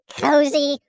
cozy